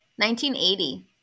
1980